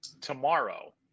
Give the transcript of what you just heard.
tomorrow